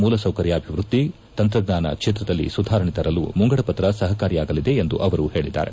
ಮೂಲ ಸೌಕರ್ಯಾಭಿವೃದ್ಧಿ ತಂತ್ರಜ್ಞಾನ ಕ್ಷೇತ್ರದಲ್ಲಿ ಸುಧಾರಣೆ ತರಲು ಮುಂಗಡ ಪತ್ರ ಸಪಕಾರಿಯಾಗಲಿದೆ ಎಂದು ಅವರು ಪೇಳದ್ದಾರೆ